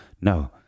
No